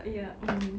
ya mm